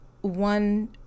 one